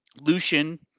Lucian